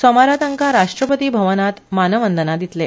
सोमारा तांका राश्ट्रपती भवनात मानवंदना दितले